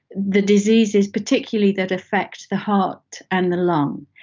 the diseases particularly that affect the heart and the lung.